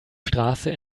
straße